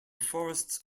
forests